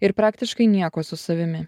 ir praktiškai nieko su savimi